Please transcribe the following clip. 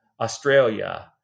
Australia